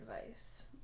advice